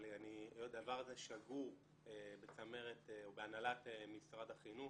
אבל היות והדבר הזה שגור בהנהלת משרד החינוך,